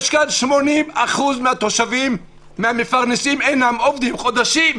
80% מהתושבים, מהמפרנסים, אינם עובדים חודשים.